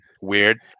weird